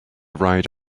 ride